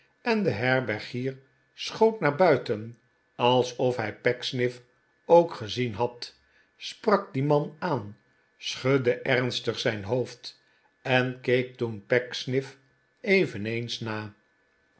en de herbergier schoot naar buiten alsof hij pecksniff ook gezien had sprak dien man aan schudde ernstig zijn hoofd en keek toen pecksniff eveneens na